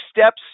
steps